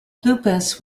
lupus